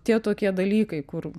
tie tokie dalykai kur